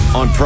on